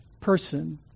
person